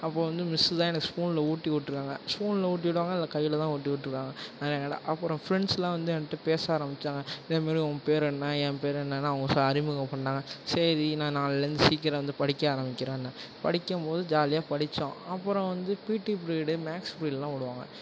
அப்போ வந்து மிஸ்ஸு தான் எனக்கு ஸ்பூனில் ஊட்டிவிட்ருக்காங்க ஸ்பூனில் ஊட்டிவிடுவாங்க இல்லை கையில் தான் ஊட்டிவிட்ருக்காங்க நிறைய நடை அப்புறம் ஃப்ரெண்ட்ஸ்லாம் வந்து என்கிட்ட பேச ஆரம்பிச்சாங்க இதேமாதிரி உன் பேர் என்ன என் பேர் என்னென்னு அவங்க ச அறிமுகம் பண்ணாங்க சரி நான் நாளையிலந்து சீக்கிரம் வந்து படிக்க ஆரம்பிக்கிறேன்ன படிக்கும் போது ஜாலியாக படிச்சோம் அப்பறம் வந்து பீட்டி ப்ரீடு மேக்ஸ் ப்ரீட்லாம் விடுவாங்க